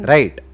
Right